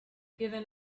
given